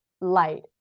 light